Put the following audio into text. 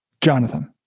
Jonathan